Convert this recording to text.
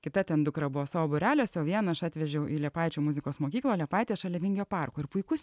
kita ten dukra buvo savo būreliuose o vieną aš atvežiau į liepaičių muzikos mokyklą liepaitės šalia vingio parko ir puikus